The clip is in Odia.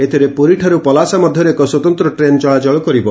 ଏଥିରେ ପୁରୀଠାରୁ ପଲାସା ମଧ୍ୟରେ ଏକ ସ୍ୱତନ୍ତ ଟ୍ରେନ ଚଳାଚଳ କରିବ